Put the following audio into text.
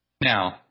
Now